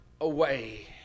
away